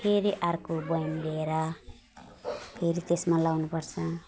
फेरि अर्को बयम लिएर फेरि त्यसमा लगाउनुपर्छ